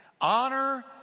Honor